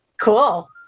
cool